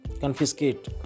confiscate